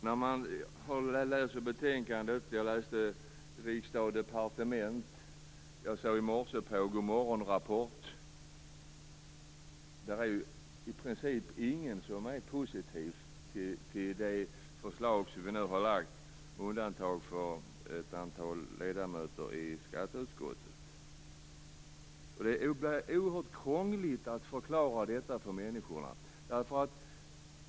Jag har läst betänkandet, jag har läst Från Riksdag och Departement och i morse såg jag på Rapport morgon, och det är inte någon som är positiv till det förslag som vi nu har lagt fram, med undantag för ett antal ledamöter i skatteutskottet. Det blir oerhört krångligt att förklara detta för människorna.